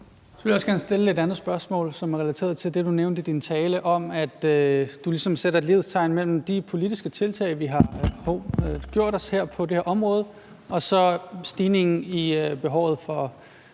Så vil jeg gerne stille et andet spørgsmål, som er relateret til det, du nævnte i din tale om, at du ligesom sætter lighedstegn mellem de politiske tiltag, vi har gjort på det her område, og så stigningen i antallet af